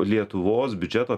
lietuvos biudžeto